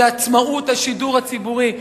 זה עצמאות השידור הציבורי.